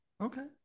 okay